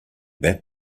that